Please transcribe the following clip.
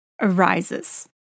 arises